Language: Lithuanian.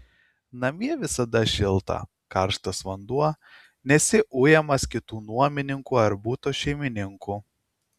namie visada šilta karštas vanduo nesi ujamas kitų nuomininkų ar buto šeimininkų